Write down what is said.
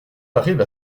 arrive